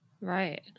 Right